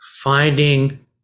finding